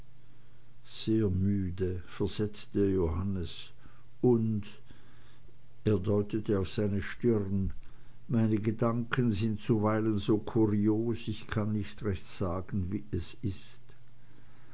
sehr müde versetzte johannes und er deutete auf seine stirn meine gedanken sind zuweilen so kurios ich kann nicht recht sagen wie es so ist